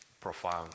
profound